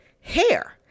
hair